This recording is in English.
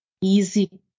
easy